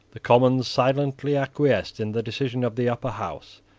the commons silently acquiesced in the decision of the upper house.